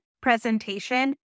presentation